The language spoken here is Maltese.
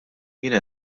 jiena